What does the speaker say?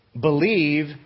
believe